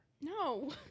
No